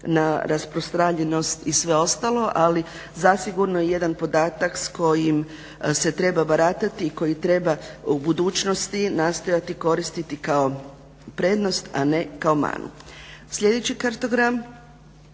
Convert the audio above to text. na rasprostranjenost i sve ostalo, ali zasigurno jedan podatak s kojim se treba baratati i koji treba u budućnosti nastojati koristiti kao prednost, a ne kako manu. Sljedeći kartogram